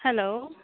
hello